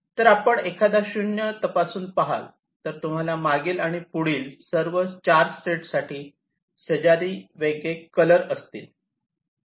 तर आपण एखादा 0 तपासून पाहाल तर तुम्हाला मागील आणि पुढील सर्व 4 स्टेट साठी शेजारी वेगळे कलर असतील